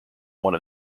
one